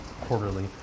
quarterly